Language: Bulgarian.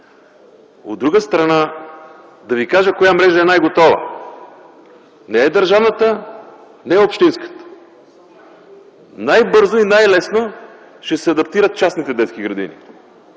От друга страна, да ви кажа коя мрежа е най-готова – не държавната и не общинската. Най-бързо и най-лесно ще се адаптират частните детски градини